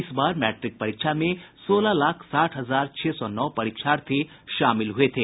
इस बार मैट्रिक परीक्षा में सोलह लाख साठ हजार छह सौ नौ परीक्षार्थी शामिल हुये थे